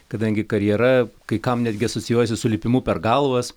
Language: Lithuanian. kadangi karjera kai kam netgi asocijuojasi su lipimu per galvas